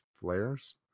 flares